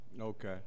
Okay